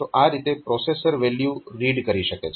તો આ રીતે પ્રોસેસર વેલ્યુ રીડ કરી શકે છે